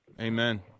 Amen